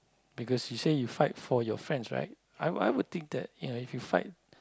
because you say you fight for your friends right I would I would think that you know if you fight